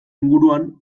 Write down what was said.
inguruan